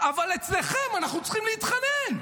אבל אצלכם אנחנו צריכים להתחנן.